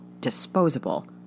disposable